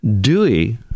Dewey